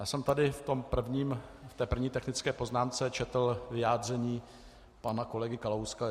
Já jsem tady v té první technické poznámce četl vyjádření pana kolegy Kalouska.